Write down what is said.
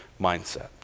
mindset